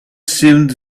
seemed